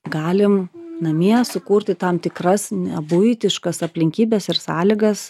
galim namie sukurti tam tikras nebuitiškas aplinkybes ir sąlygas